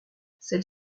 celle